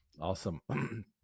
Awesome